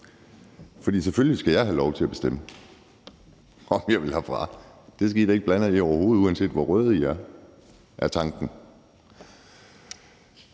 For selvfølgelig skal jeg have lov til at bestemme, om jeg vil herfra, og det skal I da overhovedet ikke blande jer i, uanset hvor røde I er, er tanken.